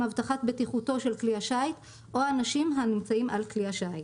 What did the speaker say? הבטחת בטיחותו של כלי השיט או האנשים הנמצאים על כלי השיט.